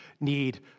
need